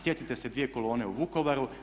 Sjetite se dvije kolone u Vukovaru.